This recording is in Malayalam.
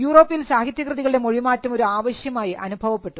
യൂറോപ്പിൽ സാഹിത്യകൃതികളുടെ മൊഴിമാറ്റം ഒരു ആവശ്യം ആയി അനുഭവപ്പെട്ടു